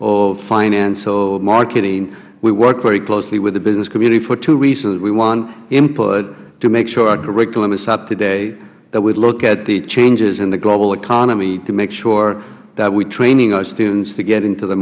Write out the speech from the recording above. or finance or marketing we work very closely with the business community for two reasons we want input to make sure our curriculum is up to date that we look at the changes in the global economy to make sure that we are training our students to get into the